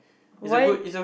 why